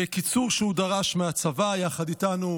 בקיצור שהוא דרש מהצבא יחד איתנו,